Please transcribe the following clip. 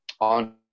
On